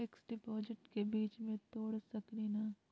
Fix डिपोजिटबा के बीच में तोड़ सकी ना?